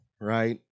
right